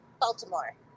Baltimore